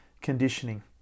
conditioning